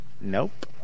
nope